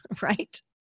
right